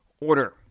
order